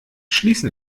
schließen